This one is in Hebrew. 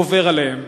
גובר עליהם.